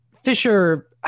Fisher